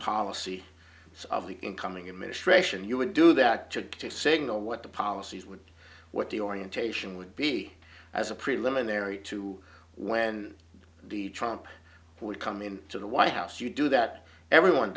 policy of the incoming administration you would do that to get a signal what the policies would what the orientation would be as a preliminary to when the trump would come in to the white house you do that everyone